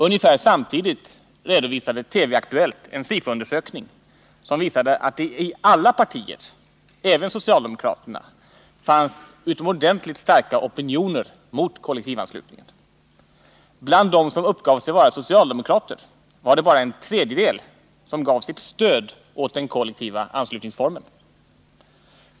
Ungefär samtidigt redovisade TV:s Aktuellt en SIFO-undersökning som visade att det i alla partier — även hos socialdemokraterna — fanns utomordentligt starka opinioner mot kollektivanslutningen. Bland dem som uppgav sig vara socialdemokrater var det bara en tredjedel som gav sitt stöd åt den kollektiva anslutningsformen.